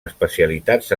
especialitats